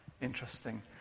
interesting